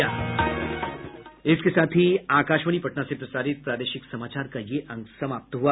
इसके साथ ही आकाशवाणी पटना से प्रसारित प्रादेशिक समाचार का ये अंक समाप्त हुआ